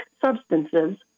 substances